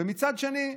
ומצד שני,